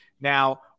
now